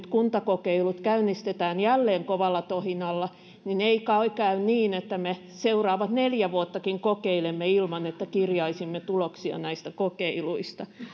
kuntakokeilut käynnistetään jälleen kovalla tohinalla niin ei kai käy niin että me seuraavat neljä vuottakin kokeilemme ilman että kirjaisimme tuloksia näistä kokeiluista